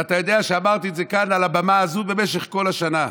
ואתה יודע שאמרתי את זה כאן על הבמה הזו במשך כל השנה.